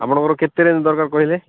ଆପଣଙ୍କର କେତେ ରେଞ୍ଜ ଦରକାର କହିଲେ